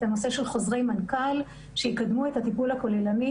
הנושא של חוזרי מנכ"ל שיקדמו את הטיפול הכוללני,